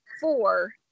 four